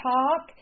Talk